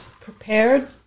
prepared